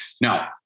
Now